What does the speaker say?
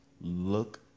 look